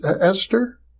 Esther